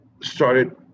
started